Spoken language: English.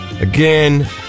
again